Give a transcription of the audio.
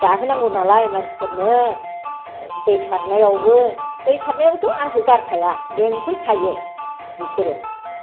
जाहोनांगौ नालाय मानसिफोरनो दै सारनायावबो दै सारनायवथ' आंखौ गारखाया लेंफैखायो बिसोरो